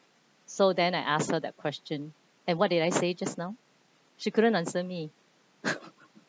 so then I asked her that question and what did I say just now she couldn't answer me